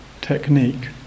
technique